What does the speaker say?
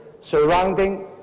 surrounding